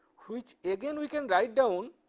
which again we can write down,